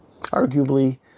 Arguably